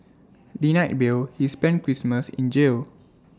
denied bail he spent Christmas in jail